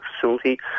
facility